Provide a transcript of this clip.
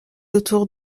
autour